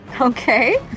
Okay